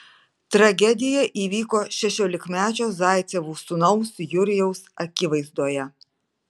tragedija įvyko šešiolikmečio zaicevų sūnaus jurijaus akivaizdoje